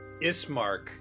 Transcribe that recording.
Ismark